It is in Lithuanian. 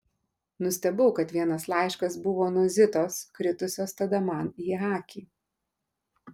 nustebau kad vienas laiškas buvo nuo zitos kritusios tada man į akį